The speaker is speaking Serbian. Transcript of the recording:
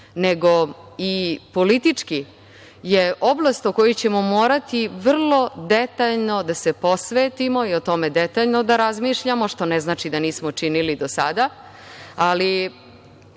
nego i politički, je oblast kojoj ćemo morati vrlo detaljno da se posvetimo i o tome detaljno da razmišljamo, što ne znači da nismo činili do sada.